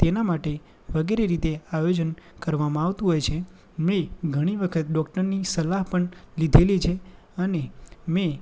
તેના માટે વગેરે રીતે આયોજન કરવામાં આવતું હોય છે મેં ઘણી વખત ડોક્ટરની સલાહ પણ લીધેલી છે અને મેં